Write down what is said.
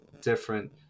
different